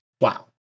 Wow